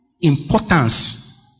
importance